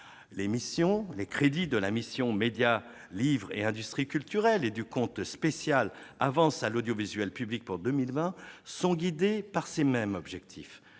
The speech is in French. Les crédits de la mission « Médias, livre et industries culturelles » et du compte de concours financiers « Avances à l'audiovisuel public » pour 2020 sont guidés par ces mêmes objectifs.